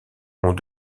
ont